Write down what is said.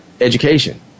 education